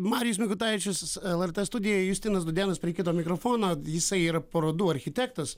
marijus mikutavičius lrt studijoj justinas dūdėnas prie kito mikrofono jisai yra parodų architektas